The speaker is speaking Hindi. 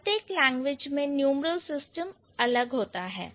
प्रत्येक लैंग्वेज में न्यूमरल सिस्टम अलग होता है